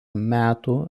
metų